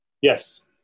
Yes